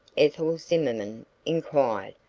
ethel zimmerman inquired,